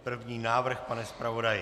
První návrh, pane zpravodaji.